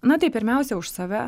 na tai pirmiausia už save